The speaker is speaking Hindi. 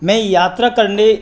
मैं यात्रा करने